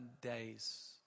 days